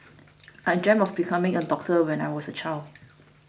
I dreamt of becoming a doctor when I was a child